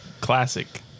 classic